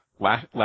Last